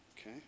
okay